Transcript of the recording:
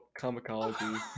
comicology